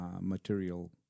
material